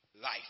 life